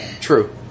True